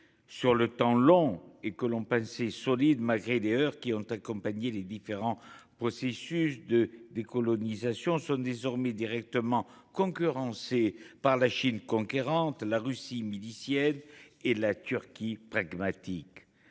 sur le temps long et que l’on pensait solides malgré les heurts qui ont accompagné les différents processus de décolonisation, sont désormais directement concurrencés par la Chine conquérante, la Russie milicienne et la Turquie pragmatique.